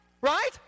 right